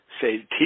say